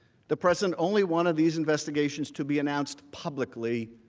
the president only wanted these investigations to be announced publicly,